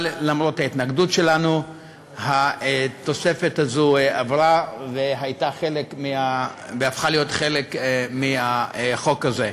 אבל למרות ההתנגדות שלנו התוספת עברה והפכה להיות חלק מהחוק הזה.